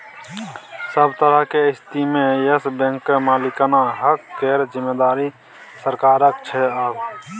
सभ तरहक स्थितिमे येस बैंकक मालिकाना हक केर जिम्मेदारी सरकारक छै आब